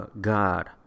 God